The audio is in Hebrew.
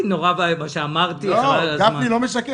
למה זה משנה?